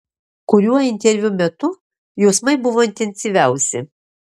kuriuo interviu metu jausmai buvo intensyviausi